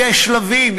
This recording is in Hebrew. יש שלבים,